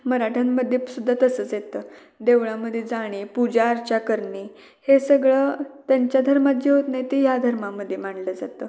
मराठ्यांमध्ये सुद्धा तसंच येतं देवळामध्ये जाणे पूजा अर्चा करणे हे सगळं त्यांच्या धर्मात जे होत नाही ते या धर्मामध्ये मांडलं जातं